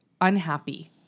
unhappy